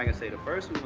i said, the first